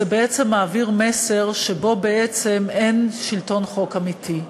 זה בעצם מעביר מסר שאין שלטון חוק אמיתי,